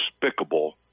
despicable